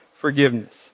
forgiveness